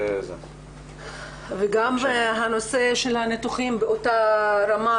גם הנושא של הניתוחים באותה רמה.